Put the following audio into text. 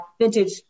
vintage